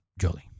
Jolie